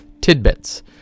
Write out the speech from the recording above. Tidbits